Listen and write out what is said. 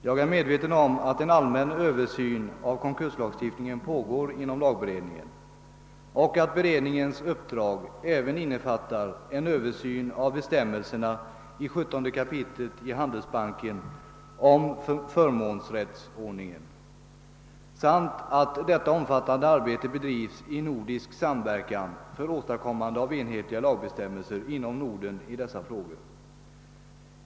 Jag är medveten om att en allmän översyn av konkurslagstiftningen pågår inom lagberedningen och att beredningens uppdrag även innefattar en översyn av bestämmelserna i 17 kap. handelsbalken om förmånsrättsordningen samt att detta omfattande arbete bedrivs i nordisk samverkan för åstadkommande av enhetliga lagbestämmelser inom Norden i dessa frågor.